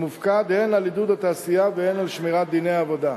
המופקד הן על עידוד התעשייה והן על שמירת דיני העבודה.